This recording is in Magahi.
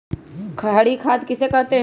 हरी खाद किसे कहते हैं?